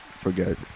forget